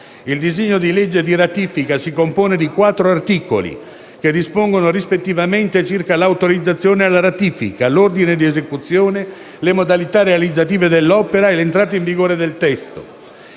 Il disegno di legge di ratifica si compone di 4 articoli che dispongono, rispettivamente, circa l'autorizzazione alla ratifica, l'ordine di esecuzione, le modalità realizzative dell'opera e l'entrata in vigore del testo.